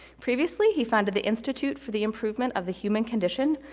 previously, he founded the institute for the improvement of the human condition,